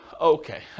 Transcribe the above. Okay